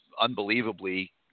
unbelievably